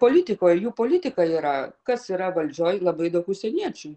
politikoj jų politika yra kas yra valdžioj labai daug užsieniečių